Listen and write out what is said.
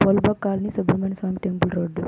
Phoolbagh colony Subrahmanya Swamy temple road